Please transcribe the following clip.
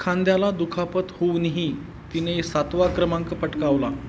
खांद्याला दुखापत होऊनही तिने सातवा क्रमांक पटकावला